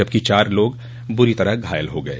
जबकि चार लोग बुरी तरह घायल हो गये